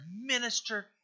minister